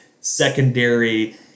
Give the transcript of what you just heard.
secondary